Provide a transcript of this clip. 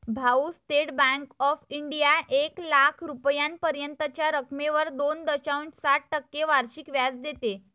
भाऊ, state bank of India एक लाख रुपयांपर्यंतच्या रकमेवर दोन दशांश सात टक्के वार्षिक व्याज देते